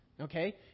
okay